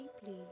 deeply